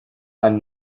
meine